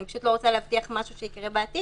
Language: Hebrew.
אני פשוט לא רוצה להבטיח משהו שיקרה בעתיד,